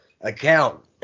account